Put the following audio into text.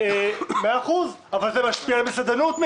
מאה אחוז, אבל זה משפיע על המסעדנות.